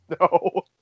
No